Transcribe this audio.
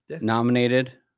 nominated